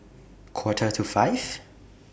Quarter to five